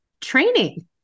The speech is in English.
training